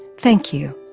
thank you.